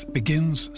begins